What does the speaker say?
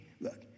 look